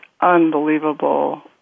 unbelievable